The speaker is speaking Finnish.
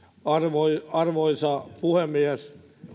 arvoisa puhemies